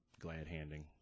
glad-handing